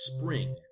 Spring